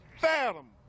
fathom